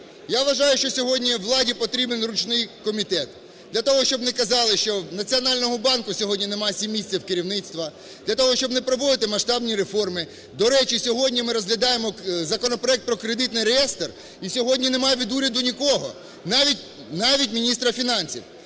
Я вважаю, що сьогодні владі потрібен ручний комітет, для того, щоб не казали, що в Національному банку сьогодні нема 7 місяців керівництва, для того, щоб не проводити масштабні реформи. До речі, сьогодні ми розглядаємо законопроект про кредитний реєстр і сьогодні нема від уряду нікого, навіть міністра фінансів,